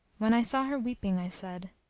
when i saw her weeping i said,